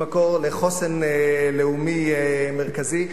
היא מקור לחוסן לאומי מרכזי,